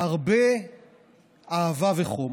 הרבה אהבה וחום,